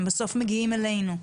הם בסוף מגיעים אלינו.